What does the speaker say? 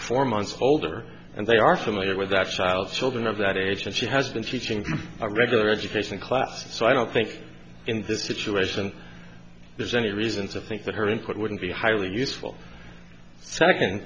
four months older and they are familiar with the actual children of that age and she has been teaching for a regular education class so i don't think in this situation there's any reason to think that her input wouldn't be highly useful second